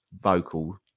vocal